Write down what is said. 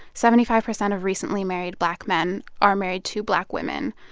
seventy five percent of recently married black men are married to black women.